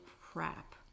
crap